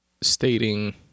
Stating